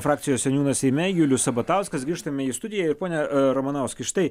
frakcijos seniūnas seime julius sabatauskas grįžtame į studiją ir pone a ramanauskai štai